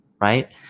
right